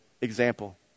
example